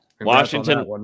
Washington